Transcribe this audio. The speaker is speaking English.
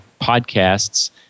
podcasts